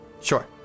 Sure